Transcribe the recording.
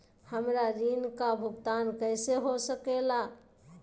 हमरा ऋण का भुगतान कैसे हो सके ला?